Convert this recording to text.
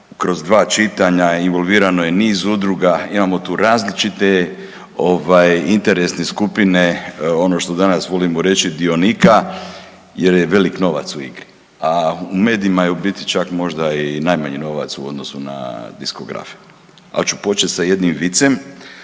kroz dva čitanja involvirano je niz udruga, imamo tu različite ovaj interesne skupine ono što danas volimo reći dionika jer je velik novac u igri, a u medijima je u biti čak možda i najmanji novac u odnosu na diskografe. Al ću počet sa jednim vicem,